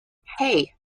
hey